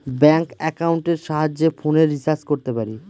bank একাউন্টের সাহায্যে ফোনের রিচার্জ করতে পারি